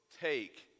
take